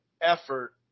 effort